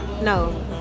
No